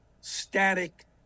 static